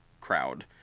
crowd